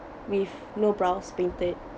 with no brows painted